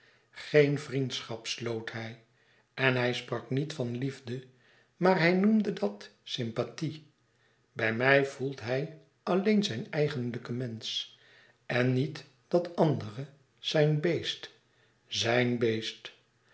geen vriendschap sloot hij en hij sprak niet van liefde maar hij noemde dat sympathie bij mij voelt hij alleen zijn eigenlijke mensch en niet dat andere zijn beest zijn